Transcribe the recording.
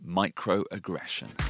microaggression